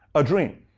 a dream.